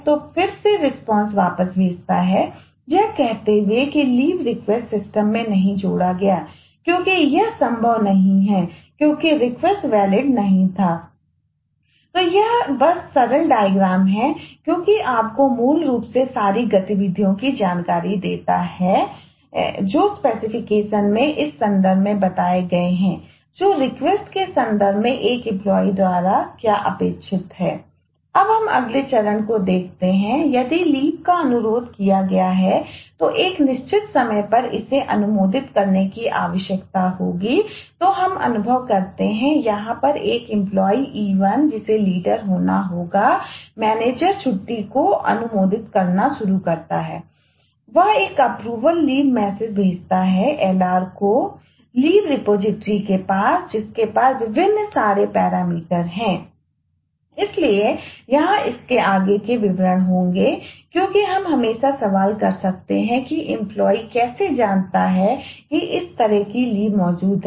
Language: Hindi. तो यह एक बस सरल डायग्राम द्वारा क्या अपेक्षित है अब हम अगले चरण को देखते हैं यदि लीव मौजूद है